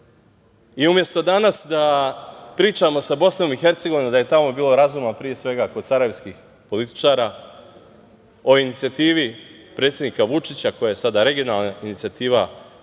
nikada. Umesto danas da pričamo sa Bosnom i Hercegovinom da je tamo bilo razoreno, pre svega kod sarajevskih političara, o inicijativi predsednika Vučića koja je sada regionalna inicijativa,